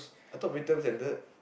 I thought break terms ended